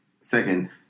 second